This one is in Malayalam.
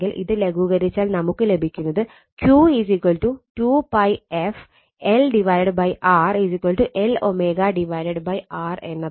ഇത് ലഘൂകരിച്ചാൽ നമുക്ക് ലഭിക്കുന്നത് Q 2 𝜋 f LR L ω R എന്നതാണ്